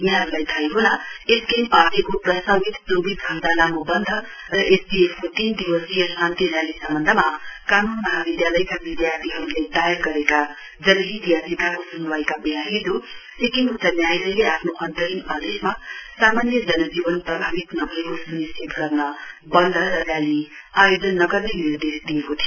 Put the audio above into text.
यहाँहरुलाई थाहै होला एसकेएम पार्टीको प्रस्तावित चौविस घण्टा लामो वन्द र एसडीएफ को तीन दिवसीय शान्ति रैली सम्वन्धमा कानुन महाविधालयका विधार्थीहरुले दायर गरेका जनहित याचिकाको सुनवाईका वेला हिजो सिक्किम उच्च न्यायालयले आफ्नो अन्तरिम आदेशमा सामान्य जनजीवन प्रभावित नभएको सुनिश्चित गर्न वन्द र रेली आयोजन नगर्ने निर्देश दिएको थियो